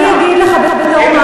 אני אגיד לך בתור מה